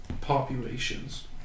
populations